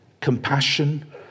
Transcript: compassion